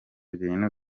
ibintu